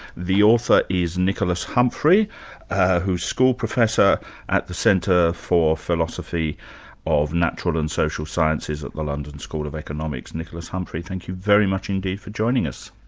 the author is nicholas humphrey who's school professor at the centre for philosophy of natural and social sciences at the london school of economics. nicholas humphrey, thank you very much indeed for joining us.